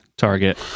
Target